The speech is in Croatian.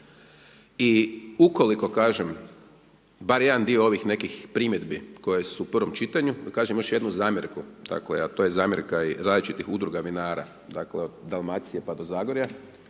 I ukoliko kažem, barem jedan dio ovih nekih primjedbi koje su u prvom čitanju, da kažem još jednu zamjerku, dakle, a to je zamjerka različitih udruga vinara, dakle, Dalmacije pa do Zagorja,